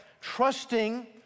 Trusting